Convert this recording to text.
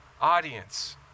audience